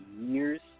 years